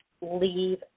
leave